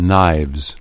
Knives